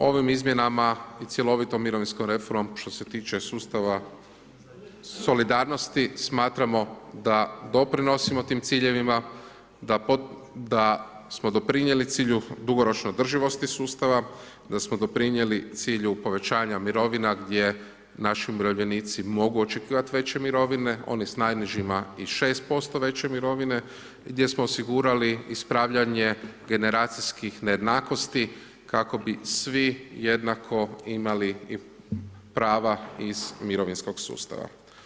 Sveukupno ovim izmjenama i cjelovitom mirovinskom reformom što se tiče sustava solidarnosti smatramo da doprinosimo tim ciljevima da smo doprinijeli cilju dugoročne održivosti sustava, da smo doprinijeli cilju povećanja mirovina gdje naši umirovljenici mogu očekivati veće mirovine, oni s najnižima i 6% veće mirovine, gdje smo osigurali ispravljanje generacijskih nejednakosti kako bi svi jednako imali i prava iz mirovinskog sustava.